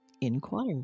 Inquire